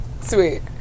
Sweet